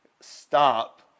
Stop